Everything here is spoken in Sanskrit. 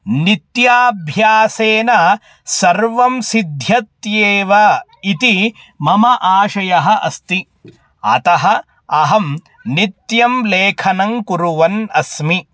नित्याभ्यासेन सर्वं सिद्ध्यत्येव इति मम आशयः अस्ति अतः अहं नित्यं लेखनं कुर्वन् अस्मि